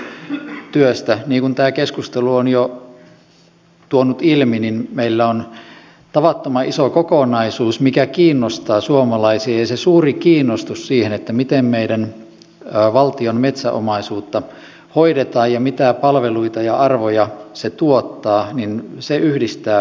niin kuin tämä keskustelu on jo tuonut ilmi meillä on tavattoman iso kokonaisuus mikä kiinnostaa suomalaisia ja se suuri kiinnostus siihen miten meidän valtiomme metsäomaisuutta hoidetaan ja mitä palveluita ja arvoja se tuottaa yhdistää kansalaisia